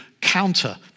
counter